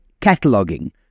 cataloging